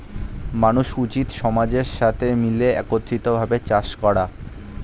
মানুষের উচিত সমাজের সাথে মিলে একত্রিত ভাবে চাষ করা